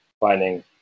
finding